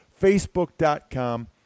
facebook.com